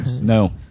No